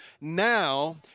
now